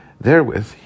therewith